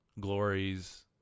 glories